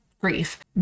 grief